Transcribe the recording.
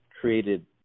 created